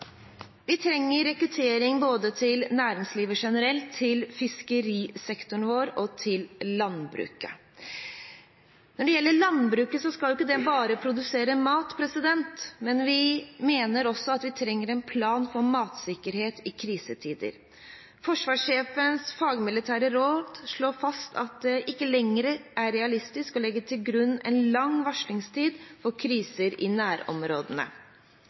Vi trenger rekruttering både til næringslivet generelt, til fiskerisektoren vår og til landbruket. Når det gjelder landbruket, skal det ikke bare produsere mat, men vi mener også at vi trenger en plan for matsikkerhet i krisetider. Forsvarssjefens fagmilitære råd slår fast at det ikke lenger er realistisk å legge til grunn en lang varslingstid for kriser i nærområdene.